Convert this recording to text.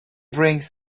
brings